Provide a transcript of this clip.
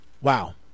Wow